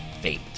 fate